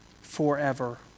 forever